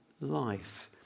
life